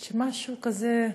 של משהו כזה,